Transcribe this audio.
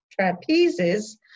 trapezes